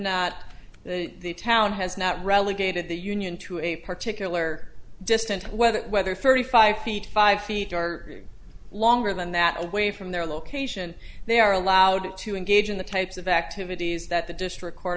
not the town has not relegated the union to a particular distant whether whether thirty five feet five feet are longer than that away from their location they are allowed to engage in the types of activities that the district court